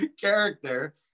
character